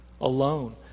alone